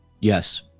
Yes